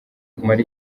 kumara